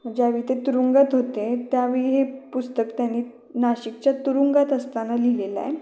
ज्यावेळी ते तुरुंगात होते त्यावेळी हे पुस्तक त्यांनी नाशिकच्या तुरुंगात असताना लिहिलेलं आहे